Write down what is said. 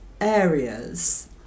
areas